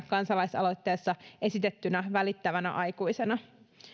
kansalaisaloitteessa esitettynä välittävänä aikuisena